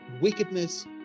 wickedness